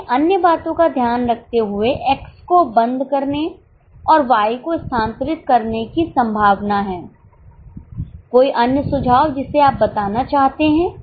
आगे अन्य बातों का ध्यान रखते हुए X को बंद करने और Y को स्थानांतरित करने की संभावना है कोई अन्य सुझाव जिसे आप बताना चाहते हैं